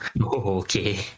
okay